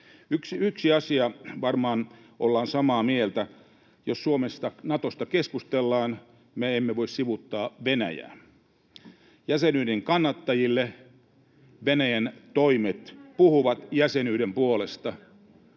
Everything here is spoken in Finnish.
asiasta varmaan ollaan samaa mieltä: Jos Suomessa Natosta keskustellaan, me emme voi sivuuttaa Venäjää. Jäsenyyden kannattajille Venäjän toimet puhuvat jäsenyyden puolesta,